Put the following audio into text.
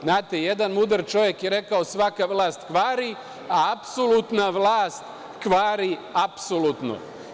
Znate, jedan mudar čovek je rekao – svaka vlast kvari, a apsolutna vlast kvari apsolutno.